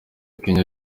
kenya